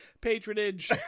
patronage